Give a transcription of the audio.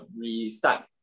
restart